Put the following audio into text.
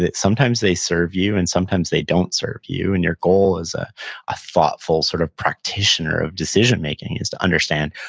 sometimes they serve you and sometimes they don't serve you, and your goal as a ah thoughtful sort of practitioner of decision making is to understand,